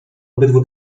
obydwu